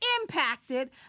impacted